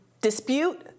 dispute